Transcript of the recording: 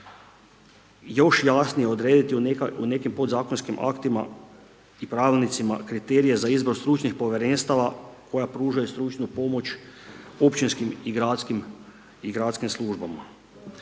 još jasnije odrediti o nekim podzakonskim aktima i pravilnicima kriterije za izbor stručnih povjerenstava koja pružaju stručnu pomoć općinskim i gradskim službama.